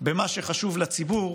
במה שחשוב לציבור